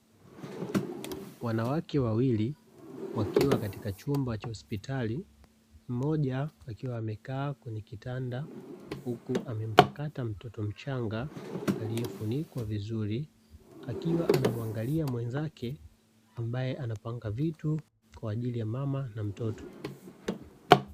Wanawake wawili wakiwa katika chumba cha hospitali, mmoja akiwa amekaa kwenye kitanda huku amempakata mtoto mchanga aliyefunikwa vizuri, akiwa anamuangalia mwenzake ambaye anapanga vitu kwaajili ya mama na mtoto.